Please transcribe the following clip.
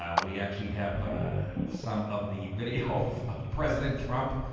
ah we actually have some of the video of of president trump,